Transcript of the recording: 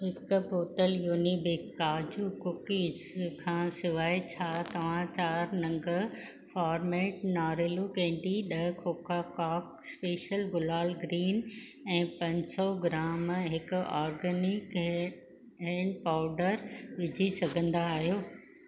हिकु बोतल युनिबिक काजू कुकीज़ खां सवाइ छा तव्हां चार नंग फोर मेड नारेलु केंडी ॾह खोखा कॉक स्पेशल गुलाल ग्रीन ऐं पंज सौ ग्राम हिकु ऑर्गनिक हैड पाउडर विझी सघंदा आहियो